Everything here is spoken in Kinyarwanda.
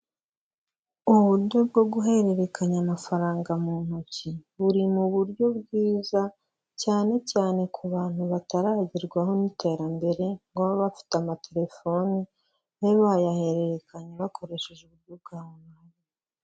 Uburyo bwo guhererekanya amafaranga mu ntoki, buri mu buryo bwiza cyane cyane ku bantu bataragerwaho n'iterambere, ngo babe bafite amatelefoni babe bayahererekanya bakoresheje uburyo bwa onurayini.